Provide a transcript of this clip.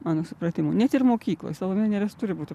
mano supratimu net ir mokykloj salomėja nėris turi būti